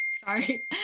Sorry